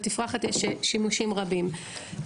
בתפרחת יש שימושים רבים.